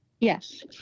Yes